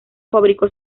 fabricó